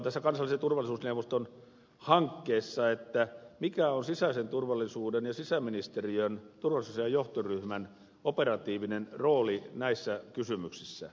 tässä kansallisen turvallisuusneuvoston hankkeessa on myöskin se ongelma mikä on sisäisen turvallisuuden ja sisäministeriön turvallisuusasiain johtoryhmän operatiivinen rooli näissä kysymyksissä